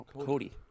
Cody